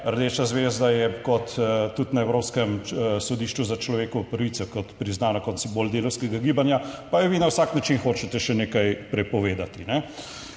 rdeča zvezda je kot, tudi na Evropskem sodišču za človekove pravice, kot, priznana kot simbol delavskega gibanja, pa je vi na vsak način hočete še nekaj prepovedati.